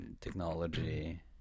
technology